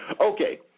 Okay